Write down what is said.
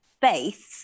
faith